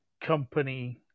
company